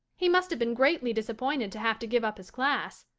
he must have been greatly disappointed to have to give up his class,